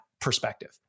perspective